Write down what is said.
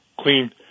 clean